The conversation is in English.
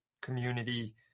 community